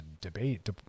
debate